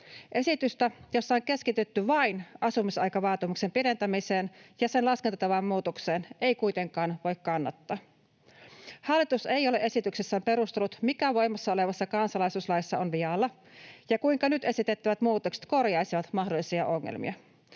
Esitystä, jossa on keskitytty vain asumisaikavaatimuksen pidentämiseen ja sen laskentatavan muutokseen, ei kuitenkaan voi kannattaa. Hallitus ei ole esityksessään perustellut, mikä voimassa olevassa kansalaisuuslaissa on vialla ja kuinka nyt esitettävät muutokset korjaisivat mahdollisia ongelmia.